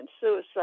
suicide